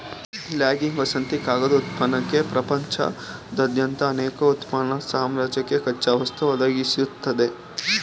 logging ವಸತಿ ಕಾಗದ ಉತ್ಪನ್ನಕ್ಕೆ ಪ್ರಪಂಚದಾದ್ಯಂತ ಅನೇಕ ಉತ್ಪನ್ನದ್ ಸಮಾಜಕ್ಕೆ ಕಚ್ಚಾವಸ್ತು ಒದಗಿಸ್ತದೆ